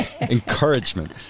Encouragement